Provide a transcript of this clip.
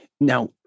Now